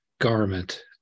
garment